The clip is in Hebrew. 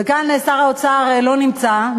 ושר האוצר לא נמצא כאן.